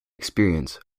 experience